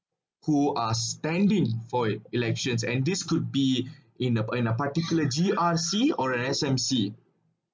who are standing for elections and this could be in the in the particular G_R_C or the S_M_C